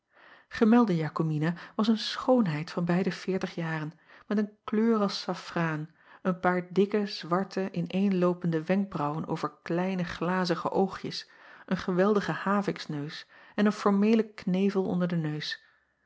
emelde akomina was een schoonheid van bij de veertig jaren met een kleur als saffraan een paar dikke zwarte in een loopende wenkbraauwen over kleine glazige oogjes een geweldigen haviksneus en een formeelen knevel onder den neus